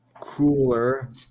cooler